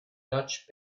dutch